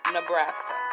Nebraska